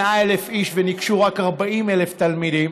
100,000 איש וניגשו רק 40,000 תלמידים,